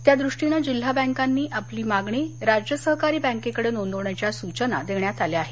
त्यादृष्टीनं जिल्हा बँकांनी आपली मागणी राज्य सहकारी बँकेकडं नोंदवण्याची सूचना देण्यात आली आहे